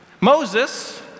Moses